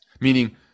meaning